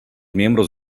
miembros